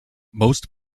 most